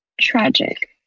tragic